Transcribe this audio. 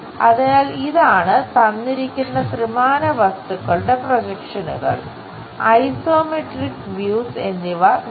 അതിനാൽ ഇതാണ് തന്നിരിക്കുന്ന ത്രിമാനവസ്തുക്കളുടെ പ്രൊജക്ഷനുകൾ